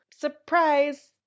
Surprise